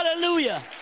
Hallelujah